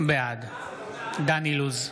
בעד דן אילוז,